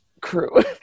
Crew